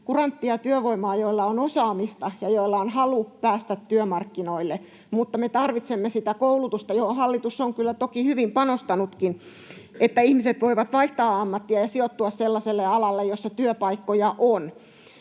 kuranttia työvoimaa, jolla on osaamista ja jolla on halu päästä työmarkkinoille. Mutta me tarvitsemme koulutusta, johon hallitus on kyllä toki hyvin panostanutkin, että ihmiset voivat vaihtaa ammattia ja sijoittua sellaiselle alalle, jolla työpaikkoja on.